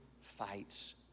fights